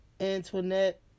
Antoinette